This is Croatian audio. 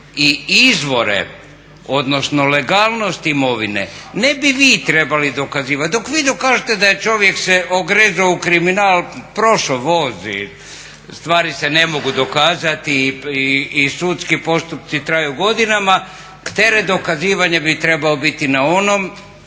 i izvore odnosno legalnost imovine ne bi vi trebali dokazivat. Dok vi dokažete da je čovjek ogrezao u kriminal prošao voz i stvari se ne mogu dokazati i sudski postupci traju godinama, teret dokazivanja bi trebao biti na onom